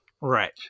Right